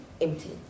empty